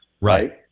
Right